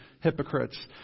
hypocrites